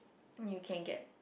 and you can get